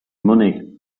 money